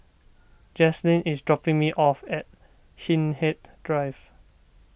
Jaslyn is dropping me off at Hindhede Drive